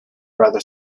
rather